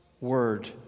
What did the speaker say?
word